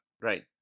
Right